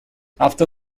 after